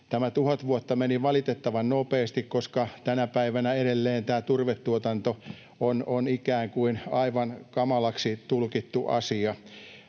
Tämä 1 000 vuotta meni valitettavan nopeasti, koska tänä päivänä edelleen tämä turvetuotanto on ikään kuin aivan kamalaksi tulkittu asia.